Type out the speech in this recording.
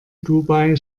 dubai